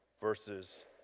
versus